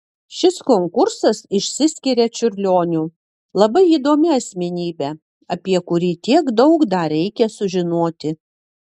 šis konkursas išsiskiria čiurlioniu labai įdomia asmenybe apie kurį tiek daug dar reikia sužinoti